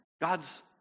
God's